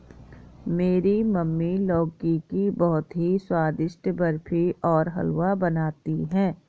मेरी मम्मी लौकी की बहुत ही स्वादिष्ट बर्फी और हलवा बनाती है